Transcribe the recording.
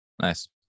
Nice